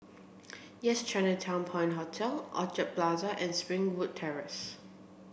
Yes Chinatown Point Hotel Orchard Plaza and Springwood Terrace